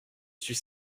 suis